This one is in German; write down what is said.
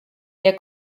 der